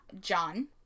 John